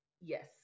Yes